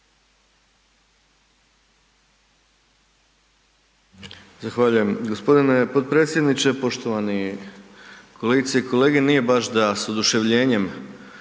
Zahvaljujem g. potpredsjedniče. Poštovane kolegice i kolege, nije baš da sa oduševljenjem